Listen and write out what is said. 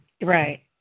Right